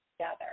together